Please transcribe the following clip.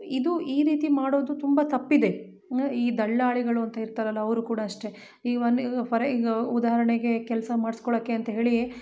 ಇದು ಈ ರೀತಿ ಮಾಡೋದು ತುಂಬ ತಪ್ಪಿದೆ ಈ ದಳ್ಳಾಳಿಗಳು ಅಂತ ಇರ್ತಾರಲ್ಲ ಅವ್ರು ಕೂಡ ಅಷ್ಟೇ ಈವನ್ ಈಗ ಫಾರ್ ಈಗ ಉದಾಹರ್ಣೆಗೆ ಕೆಲ್ಸ ಮಾಡ್ಸ್ಕೊಳೋಕೆ ಅಂತೇಳಿ